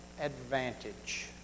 advantage